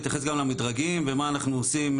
אני אתייחס גם למדרגים ומה אנחנו עושים.